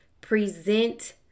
present